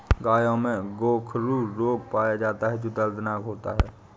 गायों में गोखरू रोग पाया जाता है जो दर्दनाक होता है